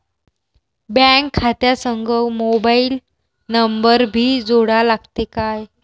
Bank खात्या संग mobile number भी जोडा लागते काय?